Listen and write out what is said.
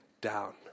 down